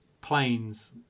planes